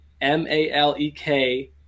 M-A-L-E-K